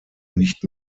nicht